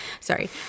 Sorry